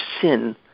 sin